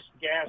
gas